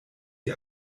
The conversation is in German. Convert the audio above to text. die